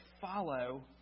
Follow